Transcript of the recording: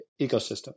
ecosystem